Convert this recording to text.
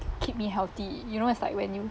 keep me healthy you know it's like when you